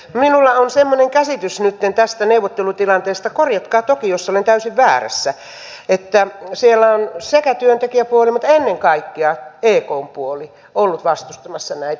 minulla on semmoinen käsitys nytten tästä neuvottelutilanteesta korjatkaa toki jos olen täysin väärässä että siellä on työntekijäpuoli mutta ennen kaikkea ekn puoli ollut vastustamassa näitä